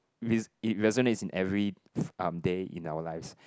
is it resonates in every um day in our lives